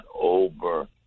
over